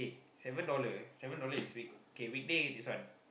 seven dollar seven dollar is week okay weekday this one